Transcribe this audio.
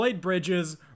Bridges